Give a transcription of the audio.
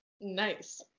Nice